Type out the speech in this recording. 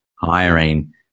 hiring